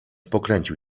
pokręcił